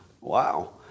Wow